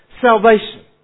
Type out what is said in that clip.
salvation